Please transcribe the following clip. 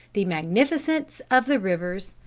the magnificence of the rivers,